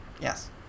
Yes